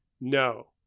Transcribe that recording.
No